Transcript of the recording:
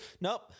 nope